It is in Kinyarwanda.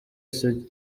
isugi